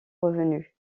revenues